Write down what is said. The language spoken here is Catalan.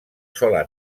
sola